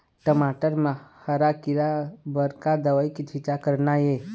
टमाटर म हरा किरा बर का दवा के छींचे करना ये?